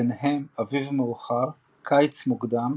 ביניהם "אביב מאוחר", "קיץ מוקדם",